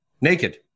naked